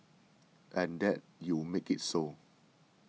and that you make it so